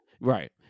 Right